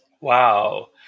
Wow